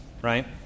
Right